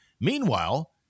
Meanwhile